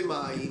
מים,